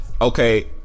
okay